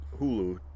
Hulu